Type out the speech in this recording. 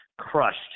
crushed